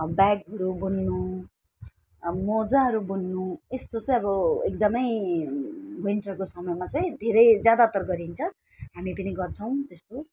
अब ब्यागहरू बुन्नु अब मोजाहरू बुन्नु यस्तो चाहिँ अब एकदमै विन्टरको समयमा चाहिँ धेरै ज्यादातर गरिन्छ हामी पनि गर्छौँ त्यस्तो